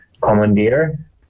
commandeer